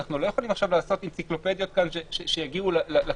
אנחנו לא יכולים עכשיו לעשות אנציקלופדיות כאן שיגיעו לכנסת,